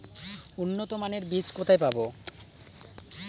উন্নতমানের বীজ কোথায় পাব?